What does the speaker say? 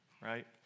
right